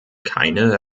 keine